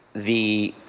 the